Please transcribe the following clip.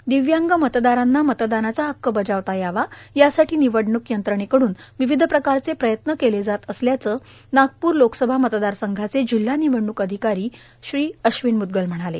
यावेळी दिव्यांग मतदारांना मतदानाचा हक्क बजावता यावा यासाठी निवडण्क यंत्रणेकडून विविध प्रकारचे प्रयत्न केल्या जात असल्याचे नागपूर लोकसभा मतदार संघाचे जिल्हा निवडणूक अधिकारी अश्विन म्द्गल म्हणाले